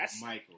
Michael